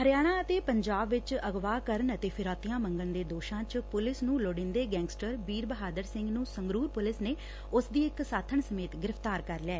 ਹਰਿਆਣਾ ਅਤੇ ਪੰਜਾਬ ਵਿਚ ਅਗਵਾਂ ਕਰਨ ਅਤੇ ਫਿਰੋਤੀਆਂ ਮੰਗਣ ਦੇ ਦੋਸ਼ਾਂ ਚ ਪੁਲਿਸ ਨੂੰ ਲੋਤੀਂਦੇ ਗੈਂਗਸਟਰ ਬੀਰ ਬਹਾਦਰ ਸਿੰਘ ਨੂੰ ਸੰਗਰੂਰ ਪੁਲਿਸ ਨੇ ਉਸ ਦੀ ਇਕ ਸਾਥਣ ਸਮੇਤ ਗ੍ਫ਼ਤਾਰ ਕਰ ਲਿਆ